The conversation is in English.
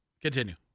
continue